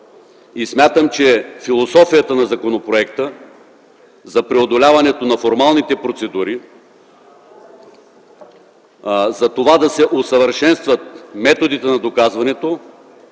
Смятам, че по философията на законопроекта за преодоляването на формалните процедури – да се усъвършенстват методите на доказването,